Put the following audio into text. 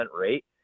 rate